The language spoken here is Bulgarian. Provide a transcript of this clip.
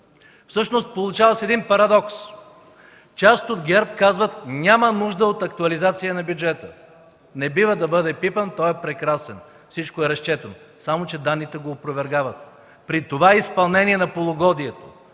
Всъщност получава се един парадокс – част от ГЕРБ казват: „Няма нужда от актуализация на бюджета, не бива да бъде пипан, той е прекрасен, всичко е разчетено”. Само че данните го опровергават. При това изпълнение на полугодието